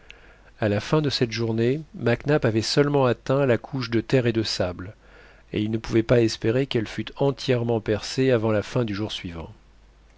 à la fin de cette journée mac nap avait seulement atteint la couche de terre et de sable et il ne pouvait pas espérer qu'elle fut entièrement percée avant la fin du jour suivant